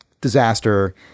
disaster